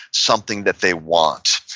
something that they want.